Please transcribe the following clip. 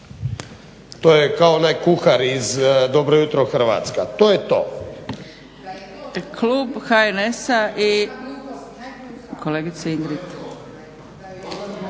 to je kao onaj kuhar iz dobro jutro hrvatska. To je to.